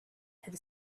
had